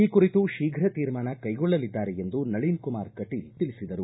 ಈ ಕುರಿತು ಶೀಘ್ರ ತೀರ್ಮಾನ ಕೈಗೊಳ್ಳಲಿದ್ದಾರೆ ಎಂದು ನಳಿನ್ಕುಮಾರ ಕಟೀಲ್ ತಿಳಿಸಿದರು